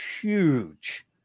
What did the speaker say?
huge